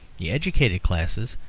the educated classes,